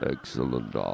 Excellent